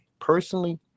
Personally